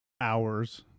hours